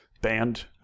banned